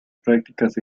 prácticas